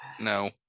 No